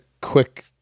quick